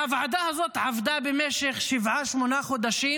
והוועדה הזאת עבדה במשך שבעה, שמונה חודשים,